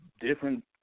different